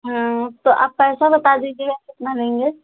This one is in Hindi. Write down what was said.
हाँ तो आप पैसा बता दीजिएगा कितना लेंगे